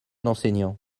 d’enseignants